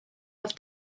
auf